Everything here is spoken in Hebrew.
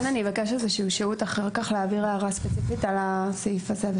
אני אבקש שהות כדי להעביר לוועדה הערה ספציפית על הסעיף הזה.